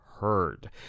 heard